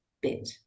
bit